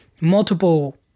multiple